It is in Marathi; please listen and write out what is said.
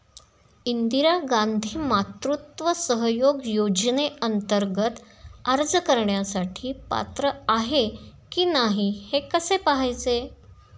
इंदिरा गांधी मातृत्व सहयोग योजनेअंतर्गत अर्ज करण्यासाठी पात्र आहे की नाही हे कसे पाहायचे?